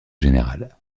général